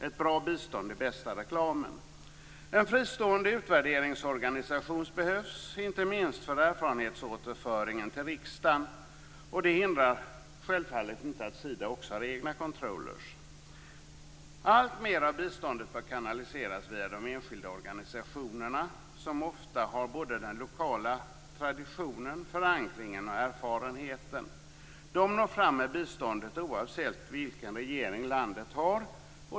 Ett bra bistånd är bästa reklamen. En fristående utvärderingsorganisation behövs, inte minst för erfarenhetsåterföringen till riksdagen. Detta hindrar självfallet inte att Sida har egna controller. Alltmer av biståndet bör kanaliseras via de enskilda organisationerna, som ofta har både den lokala traditionen, förankringen och erfarenheten. De når fram med biståndet, oavsett vilken regering landet har.